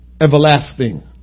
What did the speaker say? everlasting